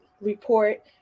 report